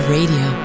Radio